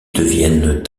deviennent